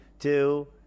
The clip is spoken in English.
Two